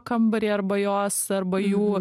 kambarį arba jos arba jų